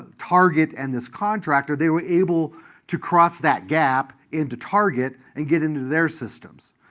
target and this contractor, they were able to cross that gap into target, and get into their systems.